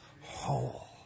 whole